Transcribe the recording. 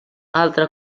altre